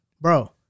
Bro